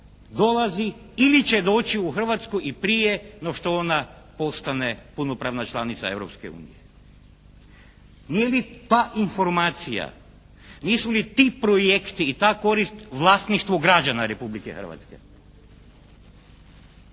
dolazi ili će doći u Hrvatsku i prije no što ona postane punopravna članica Europske unije. Nije li ta informacija, nisu li ti projekti i ta korist vlasništvu građana Republike Hrvatske.